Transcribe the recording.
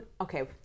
Okay